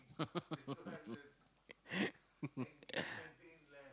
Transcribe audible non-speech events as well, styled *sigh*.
*laughs*